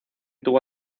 tuvo